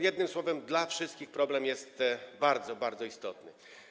Jednym słowem dla wszystkich problem jest bardzo, bardzo istotny.